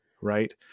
right